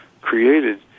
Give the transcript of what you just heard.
created